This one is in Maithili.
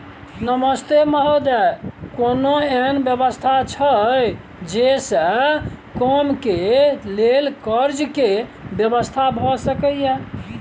नमस्ते महोदय, कोनो एहन व्यवस्था छै जे से कम के लेल कर्ज के व्यवस्था भ सके ये?